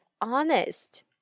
honest